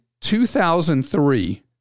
2003